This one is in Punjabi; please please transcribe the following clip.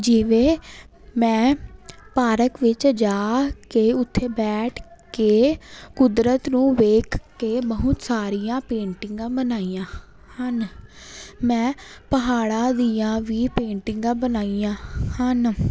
ਜਿਵੇਂ ਮੈਂ ਪਾਰਕ ਵਿੱਚ ਜਾ ਕੇ ਉੱਥੇ ਬੈਠ ਕੇ ਕੁਦਰਤ ਨੂੰ ਵੇਖ ਕੇ ਬਹੁਤ ਸਾਰੀਆਂ ਪੇਂਟਿੰਗਾਂ ਬਣਾਈਆਂ ਹਨ ਮੈਂ ਪਹਾੜਾਂ ਦੀਆਂ ਵੀ ਪੇਂਟਿੰਗਾਂ ਬਣਾਈਆਂ ਹਨ